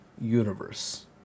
universe